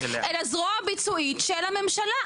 אלא זרוע ביצועית של הממשלה.